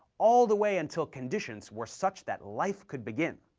all the way until conditions were such that life could begin.